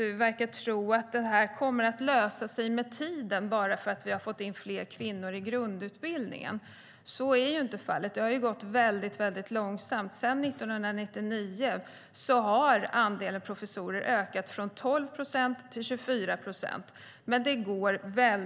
Hon verkar tro att det här kommer att lösa sig med tiden, bara för att vi har fått in fler kvinnor i grundutbildningen. Så är inte fallet. Det har gått väldigt långsamt. Sedan 1999 har andelen kvinnliga professorer ökat från 12 till 24 procent.